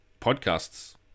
podcasts